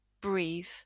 breathe